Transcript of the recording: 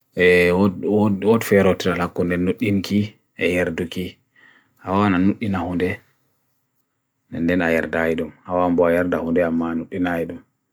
Duniyaaru je dimbata kam himbe fotai joda haton, ngam be dingan do'ugo.